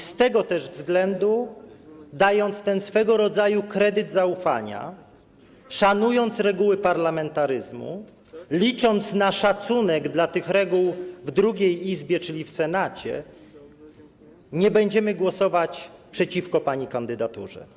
Z tego też względu, dając ten swego rodzaju kredyt zaufania, szanując reguły parlamentaryzmu, licząc na szacunek dla tych reguł w drugiej Izbie, czyli w Senacie, nie będziemy głosować przeciwko pani kandydaturze.